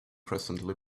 presently